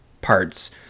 parts